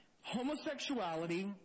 homosexuality